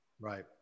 Right